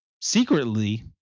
secretly